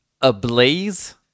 ablaze